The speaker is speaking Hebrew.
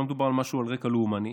לא מדובר על משהו על רקע לאומני.